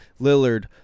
Lillard